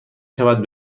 شود